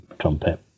trumpet